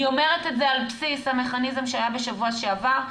אני אומרת את זה על בסיס המכניזם שהיה בשבוע שעבר,